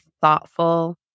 thoughtful